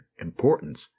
importance